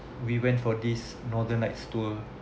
we went for this northern lights tour